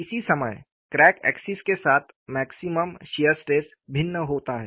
इसी समय crack axis के साथ मैक्सिमम शियर स्ट्रेस भिन्न होता है